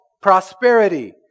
prosperity